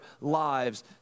lives